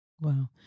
Wow